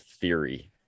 theory